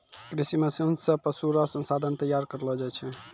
कृषि मशीन से पशु रो संसाधन तैयार करलो जाय छै